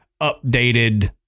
updated